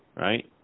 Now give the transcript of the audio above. right